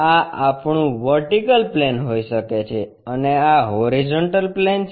આ આપણું vertical plane હોઈ શકે છે અને આ હોરીઝોન્ટલ પ્લેન છે